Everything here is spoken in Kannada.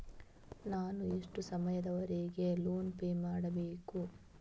ನಾನು ಎಷ್ಟು ಸಮಯದವರೆಗೆ ಲೋನ್ ಪೇ ಮಾಡಬೇಕು?